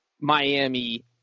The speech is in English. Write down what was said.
Miami